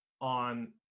on